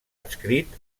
adscrit